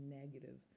negative